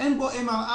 שאין בו MRI,